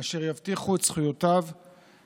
אשר יבטיחו את זכויותיו בדיון,